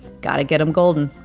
got to get them golden.